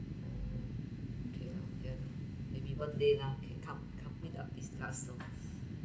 okay ya the people dare [lah[ can come come without this type so